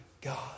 God